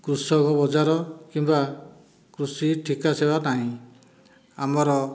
କୃଷକ ବଜାର କିମ୍ବା କୃଷି ଠିକା ସେବା ନାହିଁ ଆମର